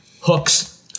Hooks